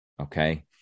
okay